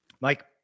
Mike